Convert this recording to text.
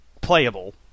playable